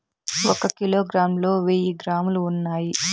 ఒక కిలోగ్రామ్ లో వెయ్యి గ్రాములు ఉన్నాయి